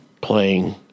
playing